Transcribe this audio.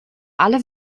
alle